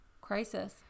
crisis